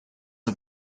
are